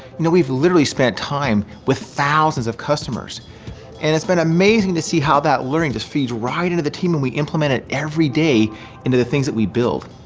you know we've literally spent time with thousands of customers and it's been amazing to see how that learning just feeds right into the team and we implement it every day into the things that we build.